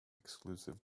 exclusive